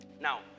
Now